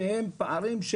שהם פערים,